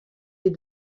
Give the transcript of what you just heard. est